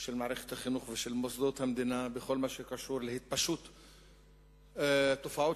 של מערכת החינוך ושל מוסדות המדינה בכל מה שקשור להתפשטות תופעות